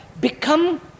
become